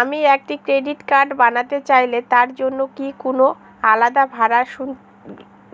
আমি একটি credit card বানাতে চাইলে তার জন্য কি কোনো আলাদা ভাড়া